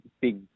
big